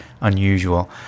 unusual